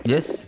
Yes